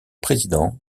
président